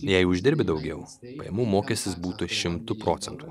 jei uždirbi daugiau pajamų mokestis būtų šimtu procentų